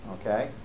Okay